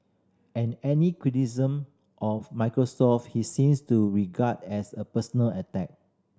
and any criticism of Microsoft he seems to regard as a personal attack